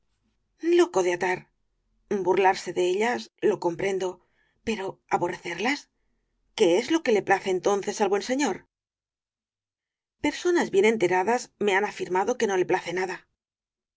loco de atar burlarse de ellas lo comprendo pero aborrecerlas qué es lo que le place entonces al buen señor personas bien enteradas me han afirmado que no le place nada